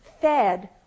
fed